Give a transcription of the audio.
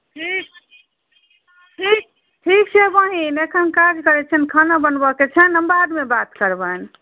ठीक ठीक ठीक छै बहिन एखन काज करैत छियनि खाना बनबयके छनि हम बादमे बात करबनि